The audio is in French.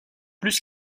plus